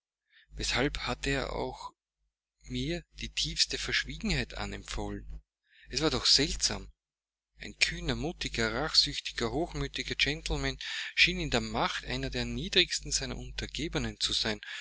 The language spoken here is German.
weshalb hatte er auch mir die tiefste verschwiegenheit anempfohlen es war doch seltsam ein kühner mutiger rachsüchtiger hochmütiger gentleman schien in der macht einer der niedrigsten seiner untergebenen zu sein